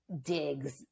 digs